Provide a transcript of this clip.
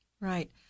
Right